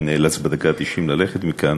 שנאלץ בדקה התשעים ללכת מכאן.